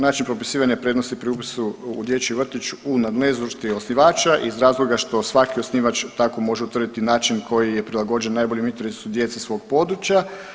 Način propisivanja prednosti pri upisu u dječji vrtić u nadležnosti je osnivača iz razloga što svaki osnivač tako može utvrditi način koji je prilagođen najboljem interesu djece svog područja.